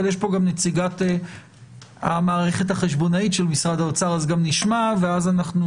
אבל יש כאן גם את נציגת המערכת החשבונאית של משרד האוצר ונשמע גם אותה.